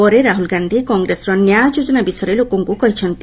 ପରେ ରାହୁଲ ଗାଧି କଂଗ୍ରେସର ନ୍ୟାୟ ଯୋଜନା ବିଷୟରେ ଲୋକଙ୍କୁ କହିଛନ୍ତି